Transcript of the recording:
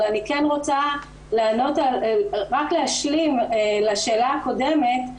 אבל אני כן רוצה רק להשלים לשאלה הקודמת.